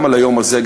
גם על היום הזה,